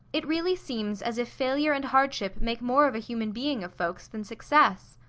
it really seems as if failure and hardship make more of a human being of folks than success.